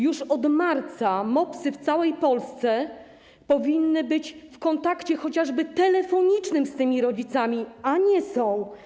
Już od marca MOPS-y w całej Polsce powinny być w kontakcie chociażby telefonicznym z tymi rodzicami, a nie są.